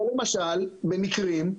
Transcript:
או למשל, במקרים,